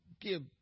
give